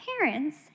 parents